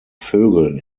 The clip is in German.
vögeln